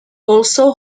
also